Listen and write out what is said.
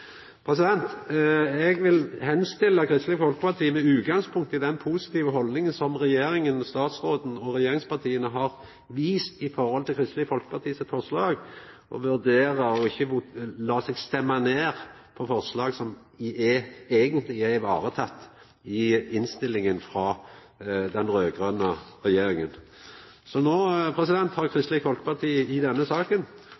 Eg vil oppmoda Kristeleg Folkeparti, med utgangspunkt i den positive haldninga som regjeringa, statsråden og regjeringspartia har vist i forhold til Kristeleg Folkeparti sine forslag, om å vurdera å ikkje lata seg stemma ned på forslag som eigentleg er tekne vare på i innstillinga frå dei raud-grøne partia. Så no har